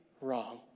wrong